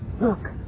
Look